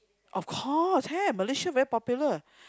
of course have Malaysia very popular